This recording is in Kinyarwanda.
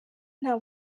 nta